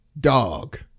Dog